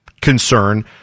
concern